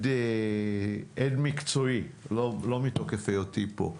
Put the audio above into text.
עד מקצועי, לא מתוקף היותי פה.